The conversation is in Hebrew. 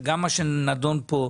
שנדון פה.